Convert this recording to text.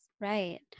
Right